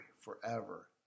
forever